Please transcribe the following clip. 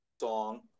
song